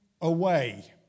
away